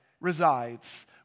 resides